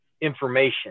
information